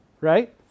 right